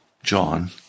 John